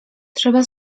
trzeba